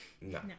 No